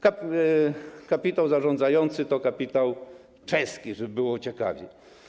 Kapitał zarządzający to kapitał czeski, żeby było ciekawiej.